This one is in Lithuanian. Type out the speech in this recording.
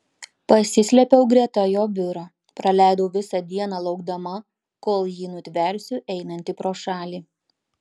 pasislėpiau greta jo biuro praleidau visą dieną laukdama kol jį nutversiu einantį pro šalį